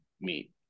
meet